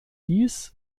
dies